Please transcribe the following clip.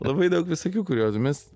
labai daug visokių kuriozų mes